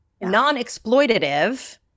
non-exploitative